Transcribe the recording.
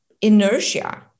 inertia